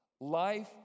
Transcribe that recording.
life